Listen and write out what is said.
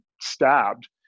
stabbed